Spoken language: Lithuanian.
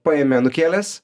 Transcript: paėmė anūkėles